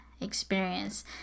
experience